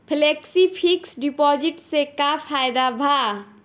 Flexi fix deposit से का फायदा भा?